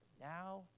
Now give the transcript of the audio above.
now